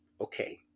Okay